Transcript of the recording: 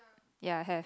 ya have